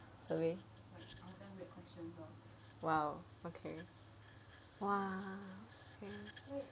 oh !wow! okay !wah!